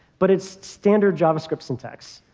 but it's standard javascript syntax.